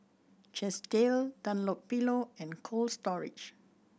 Chesdale Dunlopillo and Cold Storage